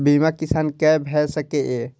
बीमा किसान कै भ सके ये?